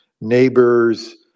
neighbors